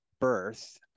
birth